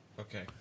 Okay